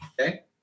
Okay